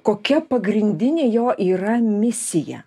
kokia pagrindinė jo yra misija